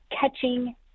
catching